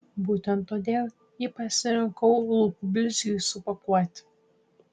būtent todėl jį pasirinkau lūpų blizgiui supakuoti